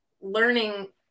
learning